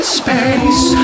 space